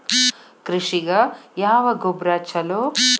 ಕೃಷಿಗ ಯಾವ ಗೊಬ್ರಾ ಛಲೋ?